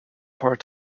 part